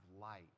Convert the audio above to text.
light